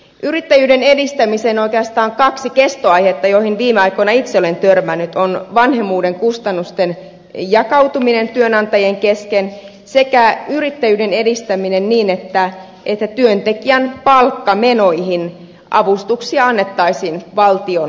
yrittäjyyden edistämisen oikeastaan kaksi kestoaihetta joihin viime aikoina itse olen törmännyt ovat vanhemmuuden kustannusten jakautuminen työnantajien kesken sekä yrittäjyyden edistäminen niin että työntekijän palkkamenoihin avustuksia annettaisiin valtion tuesta